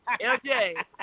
LJ